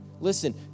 Listen